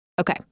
Okay